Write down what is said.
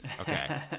Okay